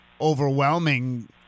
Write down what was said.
overwhelming